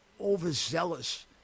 overzealous